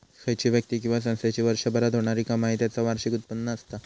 खयची व्यक्ती किंवा संस्थेची वर्षभरात होणारी कमाई त्याचा वार्षिक उत्पन्न असता